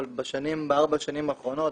אבל בארבע השנים האחרונות